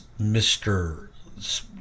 Mr